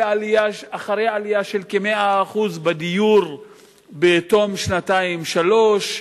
אחרי עלייה של כ-100% בדיור בתום שנתיים-שלוש.